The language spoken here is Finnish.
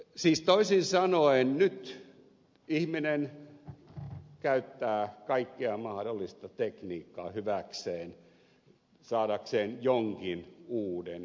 siis toisin sanoen nyt ihminen käyttää kaikkea mahdollista tekniikkaa hyväkseen saadakseen jonkin uuden hyvän